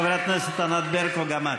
חברת הכנסת ענת ברקו, גם את.